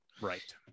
right